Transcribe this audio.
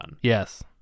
Yes